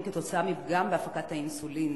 שללא טיפול מתאים עלולה לגרום לסיבוכים קשים,